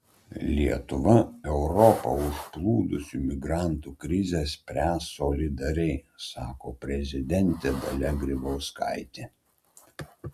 lietuva europą užplūdusių migrantų krizę spręs solidariai sako prezidentė dalia grybauskaitė